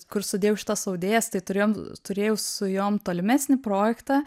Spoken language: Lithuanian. kur sudėjau šitas audėjas tai turėjom turėjau su jom tolimesnį projektą